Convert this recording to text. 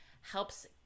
helps